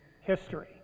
history